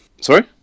Sorry